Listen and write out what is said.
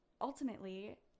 ultimately